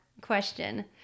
question